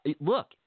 look